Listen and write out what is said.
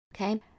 okay